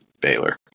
Baylor